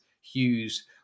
Hughes